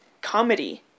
comedy